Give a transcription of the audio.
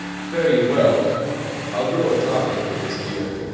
fare you well i'll grow a talker for this gear.